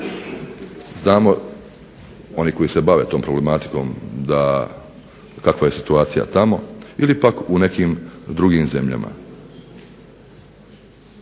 znamo oni koji se bave tom problematikom kakva je situacija tamo ili pak u nekim drugim zemljama.